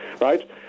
right